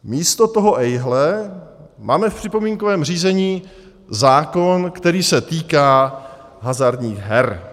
Místo toho ejhle, máme v připomínkovém řízení zákon, který se týká hazardních her.